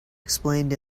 explained